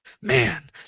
man